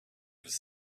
was